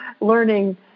learning